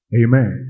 amen